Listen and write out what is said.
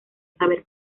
saber